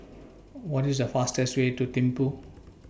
What IS The fastest Way to Thimphu